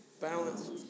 Balance